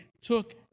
took